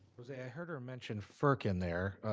jose, i heard her mention ferc in there,